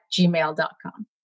gmail.com